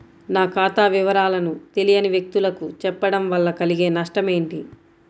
నా ఖాతా వివరాలను తెలియని వ్యక్తులకు చెప్పడం వల్ల కలిగే నష్టమేంటి?